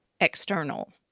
external